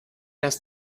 das